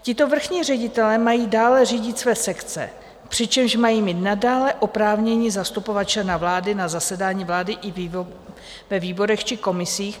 Tito vrchní ředitelé mají dále řídit své sekce, přičemž mají mít nadále oprávnění zastupovat člena vlády na zasedání vlády i ve výborech či komisích.